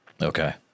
Okay